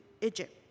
Egypt